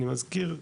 אני מזכיר,